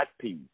peace